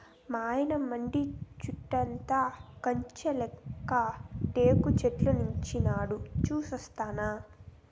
మాయన్న మడి చుట్టూతా కంచెలెక్క టేకుచెట్లేసినాడు సూస్తినా